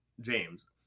James